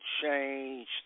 changed